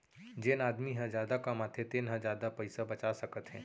जेन आदमी ह जादा कमाथे तेन ह जादा पइसा बचा सकत हे